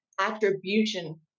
attribution